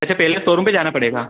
अच्छा पहले सोरूम पर जाना पड़ेगा